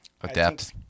Adapt